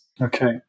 Okay